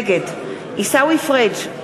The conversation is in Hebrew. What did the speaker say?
נגד עיסאווי פריג'